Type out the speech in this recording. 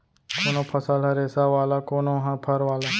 कोनो फसल ह रेसा वाला, कोनो ह फर वाला